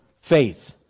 Faith